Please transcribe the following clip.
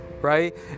right